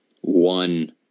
one